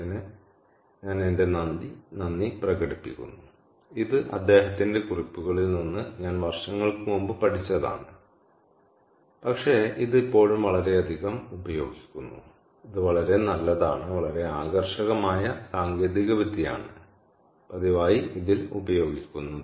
Nag ന്ന് ഞാൻ എന്റെ നന്ദി പ്രകടിപ്പിക്കുന്നു ഇത് അദ്ദേഹത്തിന്റെ കുറിപ്പുകളിൽ നിന്ന് ഞാൻ വർഷങ്ങൾക്കുമുമ്പ് പഠിച്ചതാണ് പക്ഷേ ഇത് ഇപ്പോഴും വളരെയധികം ഉപയോഗിക്കുന്നു ഇത് വളരെ നല്ലതാണ് വളരെ ആകർഷകമായ സാങ്കേതികവിദ്യയാണ് പതിവായി ഇതിൽ ഉപയോഗിക്കുന്നത്